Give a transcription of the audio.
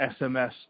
SMS